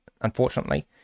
Unfortunately